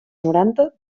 noranta